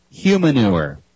humanure